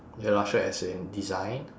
illustrate as in design